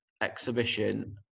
exhibition